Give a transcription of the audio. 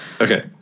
Okay